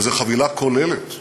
אבל זו חבילה כוללת.